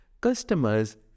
Customers